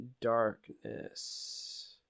Darkness